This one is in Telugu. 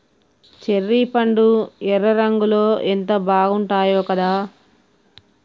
చెర్రీ పండ్లు ఎర్ర రంగులో ఎంత బాగుంటాయో కదా